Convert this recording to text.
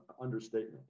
understatement